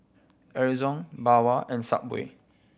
Ezion Bawang and Subway